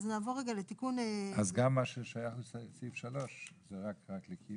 אז נעבור רגע לתיקון --- אז גם מה ששייך לסעיף 3 זה רק לקיום.